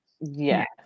Yes